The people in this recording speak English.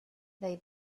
they